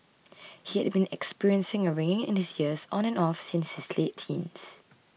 he had been experiencing a ringing in his ears on and off since his late teens